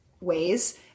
ways